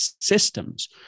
systems